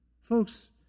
Folks